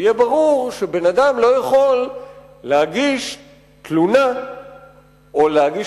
ויהיה ברור שאדם לא יכול להגיש תלונה או להגיש